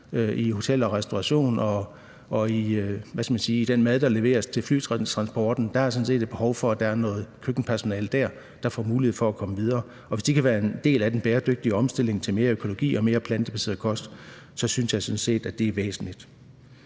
gælder også dem, der laver den mad, der leveres til flytransporten. Der er et behov for, at noget af det køkkenpersonale, der er der, får mulighed for at komme videre. Og hvis de kan være en del af den bæredygtige omstilling til mere økologi og mere plantebaseret kost, synes jeg sådan set, at der er opnået